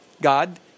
God